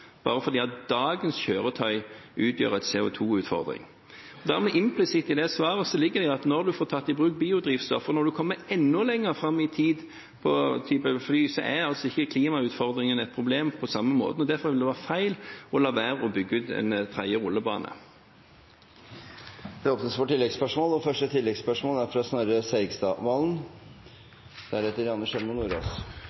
bare fordi dagens kjøretøy utgjør en CO2-utfordring. Dermed ligger det implisitt i det svaret at når en får tatt i bruk biodrivstoff, og når en kommer enda lenger fram i tid på typer fly, er altså ikke klimautfordringene et problem på samme måten. Derfor vil det være feil å la være å bygge ut en tredje rullebane. Det åpnes for oppfølgingsspørsmål – først Snorre Serigstad Valen.